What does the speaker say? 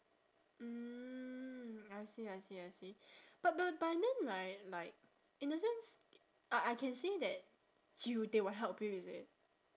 mm I see I see I see but but but then mean right like in a sense I I can say that you they will help you is it